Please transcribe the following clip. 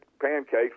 pancakes